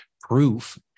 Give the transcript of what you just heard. proof